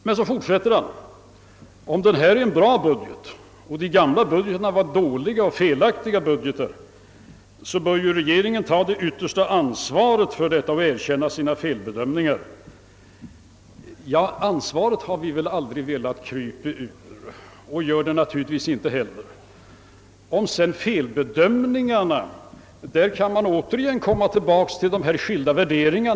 Men så fortsätter herr Bohman: Om detta är en bra budget och de gamla var dåliga och felaktiga, bör regeringen ta det yttersta ansvaret härför och erkänna sina felbedömningar. Ja, ansvaret har vi väl aldrig velat undandra oss och gör det naturligtvis inte heller nu. Vad beträffar felbedömningarna kan man återigen komma tillbaka till skilda värderingar.